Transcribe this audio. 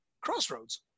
crossroads